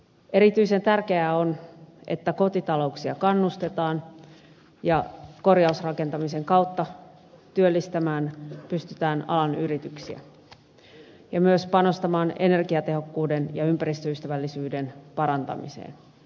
erityisen tärkeää on että kotitalouksia kannustetaan ja pystytään korjausrakentamisen kautta työllistämään alan yrityksiä ja myös panostamaan energiatehokkuuden ja ympäristöystävällisyyden parantamiseen